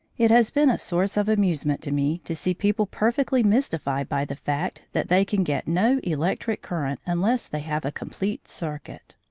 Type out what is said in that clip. it has been a source of amusement to me to see people perfectly mystified by the fact that they can get no electric current unless they have a complete circuit.